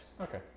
Okay